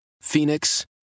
Phoenix